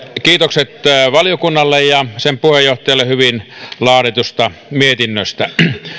kiitokset valiokunnalle ja sen puheenjohtajalle hyvin laaditusta mietinnöstä